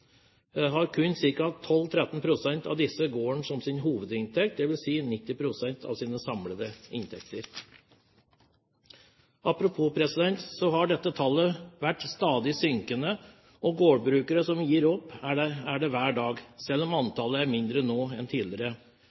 som sin hovedinntektskilde, dvs. 90 pst. av sine samlede inntekter. Apropos – dette tallet har vært stadig synkende, og gårdbrukere som gir opp, er det hver dag, selv om antallet er mindre nå enn tidligere.